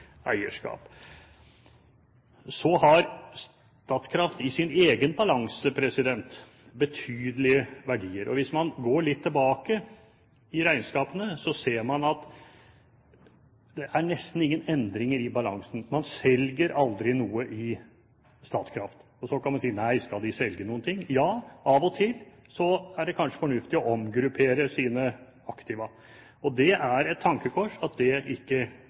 Så har Statkraft i sin egen balanse betydelige verdier. Hvis man går litt tilbake i regnskapene, ser man at det er nesten ingen endringer i balansen. Man selger aldri noe i Statkraft. Så kan man si: Nei, skal de selge noen ting? Ja, av og til er det kanskje fornuftig å omgruppere sine aktiva. Det er et tankekors at det ikke